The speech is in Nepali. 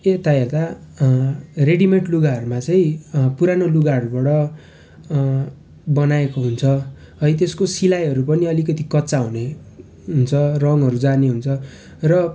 यता हेर्दा रेडिमेड लुगाहरूमा चाहिँ पुरानो लुगाहरूबाट बनाएको हुन्छ है त्यसको सिलाईहरू पनि अलिकति कच्चा हुने हुन्छ रङ्गहरू जाने हुन्छ र